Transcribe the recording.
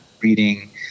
reading